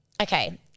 okay